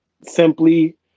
simply